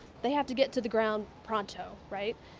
they have to get to the ground pronto, right?